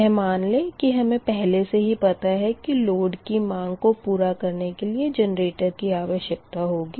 यह मान लें की हमें पहले से ही पता है की लोड की माँग को पूरा करने के लिए जेनरेटर की आवश्यकता होगी